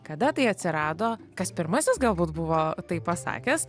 kada tai atsirado kas pirmasis galbūt buvo tai pasakęs